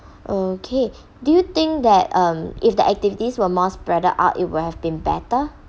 okay do you think that um if the activities were most planned up it would have been better